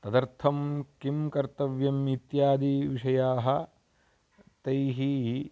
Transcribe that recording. तदर्थं किं कर्तव्यम् इत्यादि विषयाः तैः